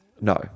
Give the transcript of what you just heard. No